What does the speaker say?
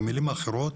במילים אחרות,